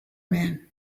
man